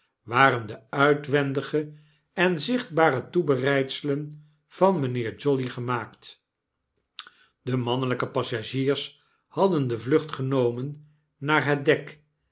waren de uitwendige en zichtbare toebereidselen van mynheer jolly gemaakt de mannelyke passagiers hadden de vlucht genomen naar het dek